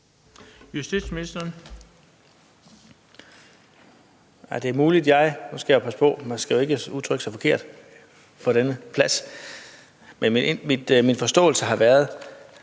Justitsministeren (Søren Pape Poulsen): Nu skal jeg passe på, man skal jo ikke udtrykke sig forkert på denne plads. Men min forståelse har været,